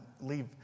leave